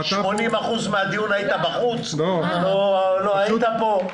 80% מהדיון היית בחוץ, לא היית פה.